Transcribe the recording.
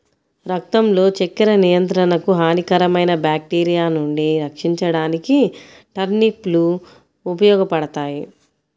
రక్తంలో చక్కెర నియంత్రణకు, హానికరమైన బ్యాక్టీరియా నుండి రక్షించడానికి టర్నిప్ లు ఉపయోగపడతాయి